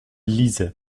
lisait